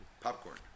popcorn